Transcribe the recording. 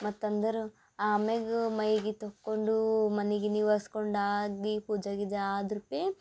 ಮತ್ತಂದರ ಆಮ್ಯಾಗ ಮೈಗಿ ತೊಕ್ಕೊಂಡೂ ಮನೆ ಗಿನಿ ಒರ್ಸ್ಕೊಂಡಾಗ ಪೂಜ ಗೀಜ ಆದ್ರ ಪೇ